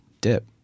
dip